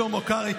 שלמה קרעי,